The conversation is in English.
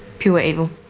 pure evil,